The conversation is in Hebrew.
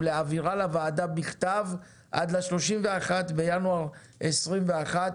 ולהעבירה לוועדה בכתב עד ל-31 בינואר 2022,